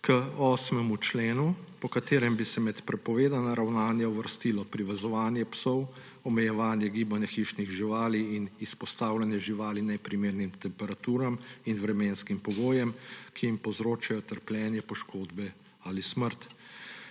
k 8. členu, po katerem bi se med prepovedana ravnanja uvrstilo privezovanje psov, omejevanje gibanja hišnih živali in izpostavljanja živali neprimernim temperaturam in vremenskim pogojem, ki jim povzročajo trpljenje, poškodbe ali smrt,